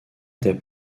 était